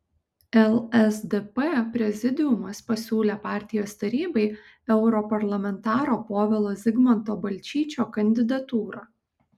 lsdp prezidiumas pasiūlė partijos tarybai europarlamentaro povilo zigmanto balčyčio kandidatūrą